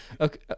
Okay